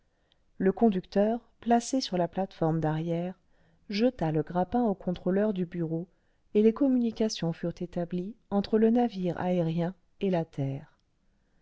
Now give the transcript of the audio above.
le conducteur placé sur la plate-forme d'arrière jeta le grappin au contrôleur du bureau et les communications furent établies entre le navire aérien et la terre